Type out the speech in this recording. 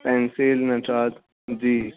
pencil Nataraj جی